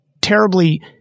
terribly